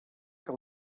que